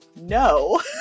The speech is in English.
no